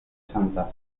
santa